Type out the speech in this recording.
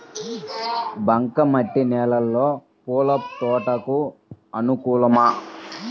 బంక మట్టి నేలలో పూల తోటలకు అనుకూలమా?